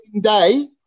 day